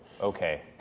okay